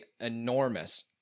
enormous